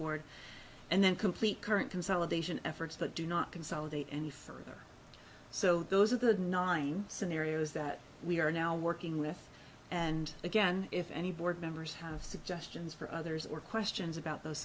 board and then complete current consolidation efforts but do not consolidate any further so those are the nine scenarios that we are now working with and again if any board members have suggestions for others or questions about those